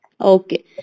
Okay